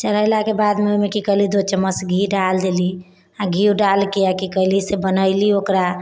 चढ़ेलाके बादमे ओहिमे की कएली दू चम्मच घी डालि देली आओर घीओ डालिके की कएली से बनैली ओकरा